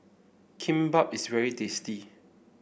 Kimbap is very tasty